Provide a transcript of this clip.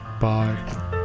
Bye